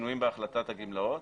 שינויים בהחלטת הגמלאות.